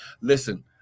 listen